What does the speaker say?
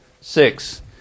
six